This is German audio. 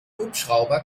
hubschrauber